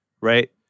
right